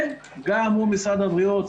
וגם מול משרד הבריאות.